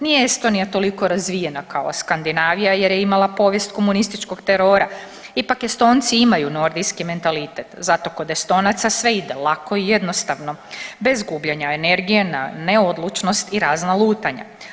Nije Estonija toliko razvijena kao Skandinavija jer je imala povijest komunističkog terora, ipak Estonci imaju nordijski mentalitet, zato kod Estonaca sve ide lako i jednostavno bez gubljenja energije na neodlučnost i razna lutanja.